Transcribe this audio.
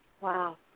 Wow